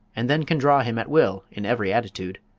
and then can draw him at will in every attitude.